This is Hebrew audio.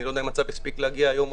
אני לא יודע אם הצו יספיק להגיע היום.